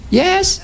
yes